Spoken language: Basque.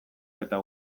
eta